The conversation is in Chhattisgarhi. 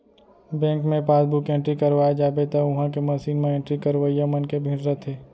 बेंक मे पासबुक एंटरी करवाए जाबे त उहॉं के मसीन म एंट्री करवइया मन के भीड़ रथे